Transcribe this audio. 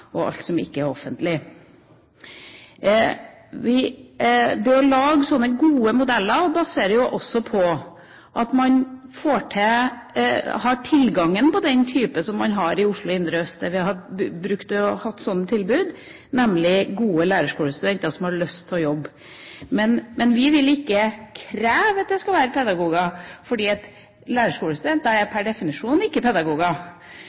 og alt som ikke er offentlig. Det å lage slike gode modeller baseres også på at man har tilgang til det man har i Oslo indre øst, der vi har brukt å ha slike tilbud, nemlig gode lærerskolestudenter som har lyst til å jobbe. Men vi vil ikke kreve at det skal være pedagoger, for lærerskolestudenter er per definisjon ikke pedagoger.